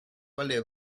vale